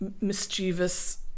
mischievous